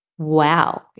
Wow